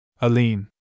Aline